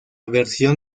versión